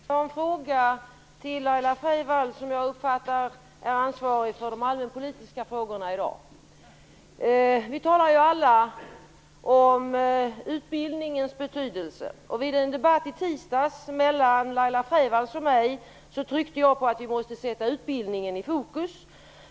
Fru talman! Jag har en fråga till Laila Freivalds som jag uppfattar är ansvarig för de allmänpolitiska frågorna i dag. Vi talar ju alla om utbildningens betydelse. Vid en debatt i tisdags mellan Laila Freivalds och mig tryckte jag på att vi måste sätta utbildningen i fokus.